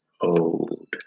old